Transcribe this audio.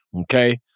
okay